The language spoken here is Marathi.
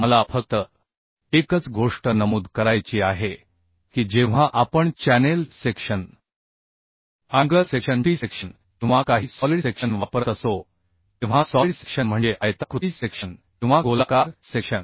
मला फक्तएकच गोष्ट नमूद करायची आहे की जेव्हा आपण channel section angle section T section किंवा काही सॉलिड सेक्शन वापरत असतो तेव्हा सॉलिड सेक्शन म्हणजे आयताकृती सेक्शन किंवा गोलाकार सेक्शन